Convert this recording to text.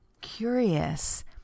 curious